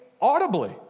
audibly